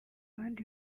abandi